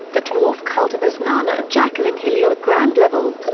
the dwarf cultivars nana and jacqueline hillier at ground level.